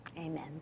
Amen